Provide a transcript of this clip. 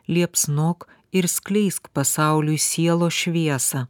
liepsnok ir skleisk pasauliui sielos šviesą